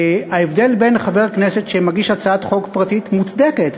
וההבדל בין חבר כנסת שמגיש הצעת חוק פרטית מוצדקת,